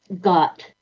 got